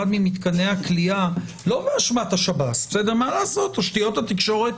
ממתקני הכליאה לא באשמת השב"ס תשתיות התקשורת